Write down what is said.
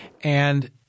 And-